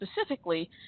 specifically